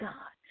God